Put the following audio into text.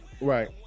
Right